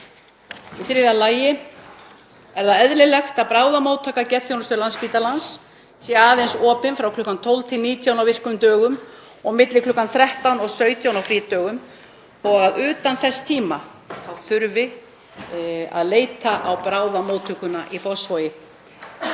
Í þriðja lagi: Er eðlilegt að bráðamóttaka geðþjónustu Landspítalans sé aðeins opin frá kl. 12–19 á virkum dögum og milli kl. 13 og 17 á frídögum og utan þess tíma þurfi að leita á bráðamóttökuna í Fossvogi.